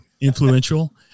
influential